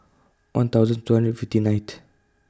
one thousand two hundred fifty nineth